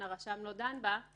ברור שהרשם מחליט בין שניהם.